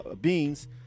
beans